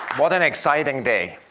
what an exciting day.